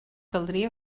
caldria